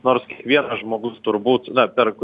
nors kiekvienas žmogus turbūt na per